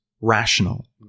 rational